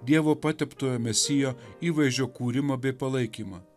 dievo pateptojo mesijo įvaizdžio kūrimą bei palaikymą